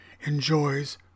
enjoys